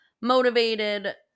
motivated